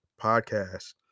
Podcast